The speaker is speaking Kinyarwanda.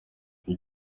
uyu